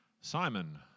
Simon